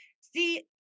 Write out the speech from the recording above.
See